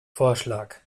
vorschlag